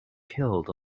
killed